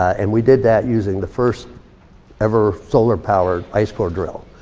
and we did that using the first ever solar-powered ice core drill.